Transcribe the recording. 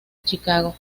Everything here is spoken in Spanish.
chicago